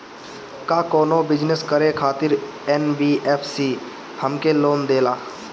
का कौनो बिजनस करे खातिर एन.बी.एफ.सी हमके लोन देला?